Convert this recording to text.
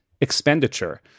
expenditure